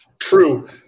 true